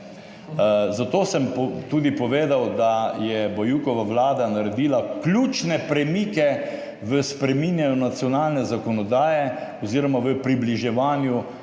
Zato sem tudi povedal, da je Bajukova vlada naredila ključne premike v spreminjanju nacionalne zakonodaje oziroma v približevanju